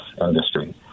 industry